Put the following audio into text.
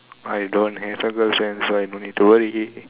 I don't have a girlfriend so I don't need to worry